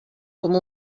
com